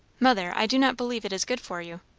mother, i do not believe it is good for you.